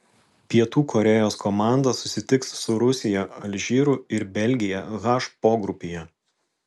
pietų korėjos komanda susitiks su rusija alžyru ir belgija h pogrupyje